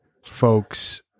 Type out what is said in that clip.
Folks